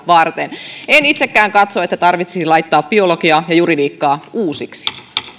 varten en itsekään katso että tarvitsisi laittaa biologiaa ja juridiikkaa uusiksi